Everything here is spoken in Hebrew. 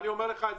אני אומר לך,